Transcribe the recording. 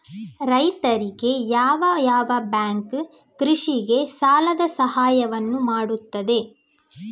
ರೈತರಿಗೆ ಯಾವ ಯಾವ ಬ್ಯಾಂಕ್ ಕೃಷಿಗೆ ಸಾಲದ ಸಹಾಯವನ್ನು ಮಾಡ್ತದೆ?